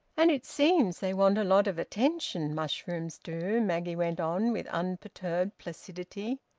and it seems they want a lot of attention, mushrooms do, maggie went on with unperturbed placidity.